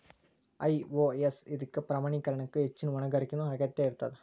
IOS ಇದಕ್ಕ ಪ್ರಮಾಣೇಕರಣಕ್ಕ ಹೆಚ್ಚಿನ್ ಹೊಣೆಗಾರಿಕೆಯ ಅಗತ್ಯ ಇರ್ತದ